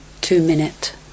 two-minute